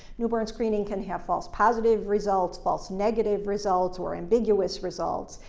newborn screening can have false positive results, false negative results, or ambiguous results.